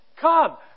come